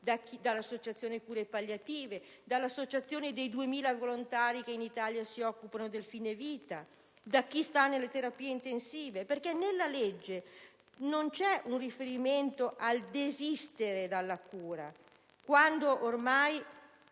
dall'Associazione cure palliative, dall'Associazione dei 2000 volontari che in Italia si occupano del fine vita e da chi opera nelle terapie intensive: nella legge, infatti, non c'è un riferimento al desistere dalla cura quando ormai